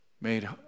made